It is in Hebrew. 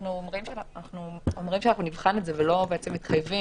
אנחנו אומרים שאנחנו נבחן את זה ולא מתחייבים,